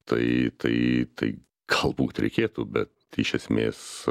tai tai tai galbūt reikėtų be iš esmės